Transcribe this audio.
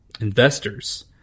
investors